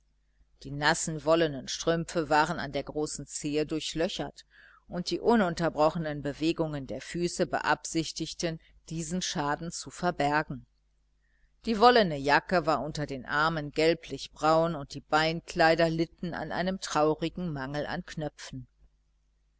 die nassen wollenen strümpfe waren an der großen zehe durchlöchert und die ununterbrochenen bewegungen der füße beabsichtigten diesen schaden zu verbergen die wollene jacke war unter den armen gelblichbraun und die beinkleider litten an einem traurigen mangel an knöpfen